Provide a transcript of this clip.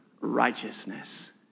righteousness